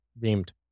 beamed